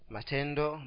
Matendo